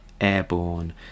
Airborne